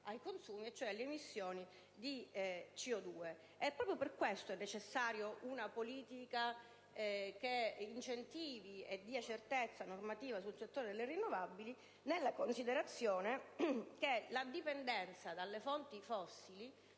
ai consumi, cioè le emissioni di CO2. Per questo motivo è necessaria una politica che incentivi e dia certezza normativa nel settore delle rinnovabili, considerando che la dipendenza dalle fonti fossili